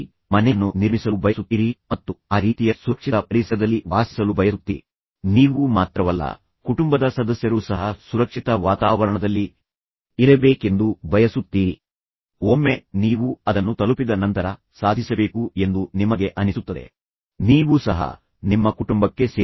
ನೀವು ಒಂದು ವಾಗ್ದಾನವನ್ನು ಮಾಡಿದರೆ ನೀವು ಅದನ್ನು ಪೂರೈಸಿದರೆ ಅದು ತುಂಬಾ ಸಣ್ಣ ಭರವಸೆಯಾಗಿದ್ದರೂ ನಾನು ಮಾಡುತ್ತೇನೆ ಒಂದು ಚಾಕೊಲೇಟ್ ಕೊಡಿ ನೀವು ಈ ಪರೀಕ್ಷೆಯಲ್ಲಿ ಉತ್ತೀರ್ಣರಾದರೆ ನೀವು ಅದನ್ನು ನೀಡಬೇಕಾಗಿದೆ ಓಹ್ ಎಂದು ಹೇಳಲು ಸಾಧ್ಯವಿಲ್ಲ ನೀವು ಈಗ ಅದನ್ನು ದಾಟಿದ್ದೀರಿ ಮುಂದಿನ ಬಾರಿ ನೋಡೋಣ ಈಗ ಅದು ಮಗುವನ್ನು ನಿರಾಶೆಗೊಳಿಸುತ್ತದೆ